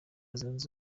zunze